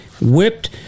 whipped